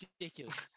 ridiculous